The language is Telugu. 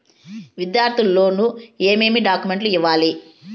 విద్యార్థులు లోను ఏమేమి డాక్యుమెంట్లు ఇవ్వాలి?